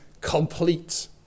complete